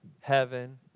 heaven